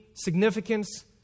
significance